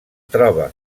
troba